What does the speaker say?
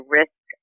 risk